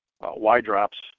Y-drops